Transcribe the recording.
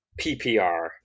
PPR